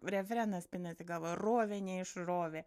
refrenas pinasi galvoj rovė neišrovė